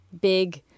big